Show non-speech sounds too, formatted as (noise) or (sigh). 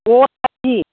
(unintelligible)